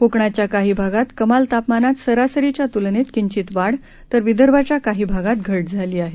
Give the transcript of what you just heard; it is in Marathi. कोकणाच्या काही भागांत कमाल तापमानात सरासरीच्या तुलनेत किंचित वाढ तर विदर्भाच्या काही भागांत घट झाली आहे